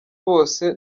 bose